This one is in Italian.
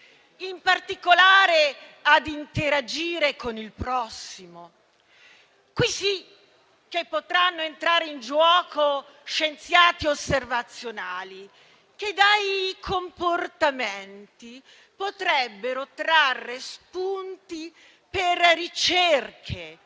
in particolare ad interagire con il prossimo. Qui sì che potranno entrare in giuoco scienziati osservazionali, che dai comportamenti potrebbero trarre spunti per ricerche